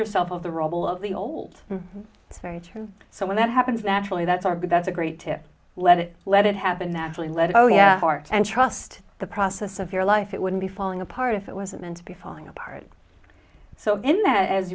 yourself of the rubble of the old very term so when that happens naturally that's our but that's a great tip let it let it happen naturally lead oh yeah and trust the process of your life it wouldn't be falling apart if it wasn't meant to be falling apart so in that as